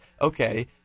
okay